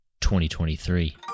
2023